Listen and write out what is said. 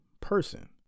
person